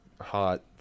hot